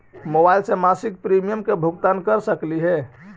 Mobile से मासिक premium के भुगतान कर सकली हे?